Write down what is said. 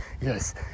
yes